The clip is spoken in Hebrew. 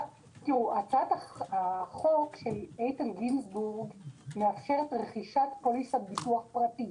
הצעת החוק של איתן גינזבורג מאפשרת רכישת פוליסת ביטוח פרטית.